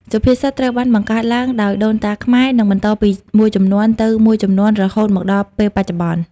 សុភាសិតត្រូវបានបង្កើតឡើងដោយដូនតាខ្មែរ និងបន្តពីមួយជំនាន់ទៅមួយជំនាន់រហូតមកដល់ពេលបច្ចុប្បន្ន។